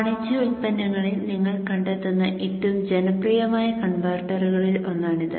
വാണിജ്യ ഉൽപ്പന്നങ്ങളിൽ നിങ്ങൾ കണ്ടെത്തുന്ന ഏറ്റവും ജനപ്രിയമായ കൺവെർട്ടറുകളിൽ ഒന്നാണിത്